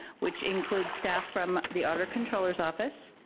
which includes staff from the auditor controller's office,